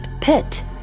pit